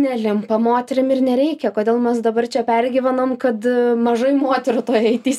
nelimpa moterim ir nereikia kodėl mes dabar čia pergyvenam kad mažai moterų toj it